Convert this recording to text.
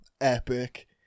Epic